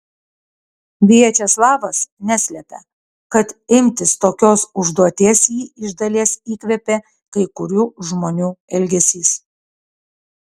viačeslavas neslepia kad imtis tokios užduoties jį iš dalies įkvėpė kai kurių žmonių elgesys